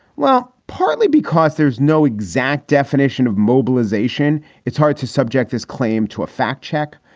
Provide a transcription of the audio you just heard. well, partly because there's no exact definition of mobilization. it's hard to subject his claim to a fact check.